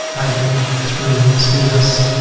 hide it through css.